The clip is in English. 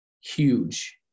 huge